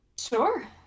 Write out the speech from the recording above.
Sure